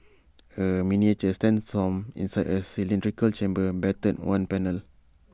A miniature sandstorm inside A cylindrical chamber battered one panel